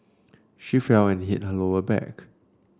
she fell and hit her lower back